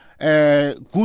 Good